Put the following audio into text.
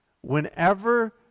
Whenever